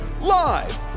live